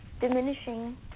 diminishing